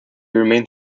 remained